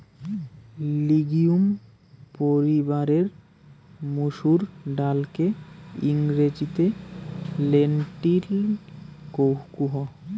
legume পরিবারের মসুর ডালকে ইংরেজিতে লেন্টিল কুহ